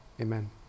amen